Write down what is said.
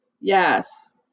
Yes